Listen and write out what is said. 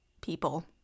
people